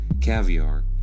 caviar